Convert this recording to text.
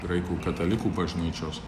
graikų katalikų bažnyčios